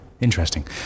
Interesting